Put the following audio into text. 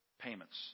payments